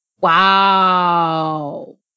Wow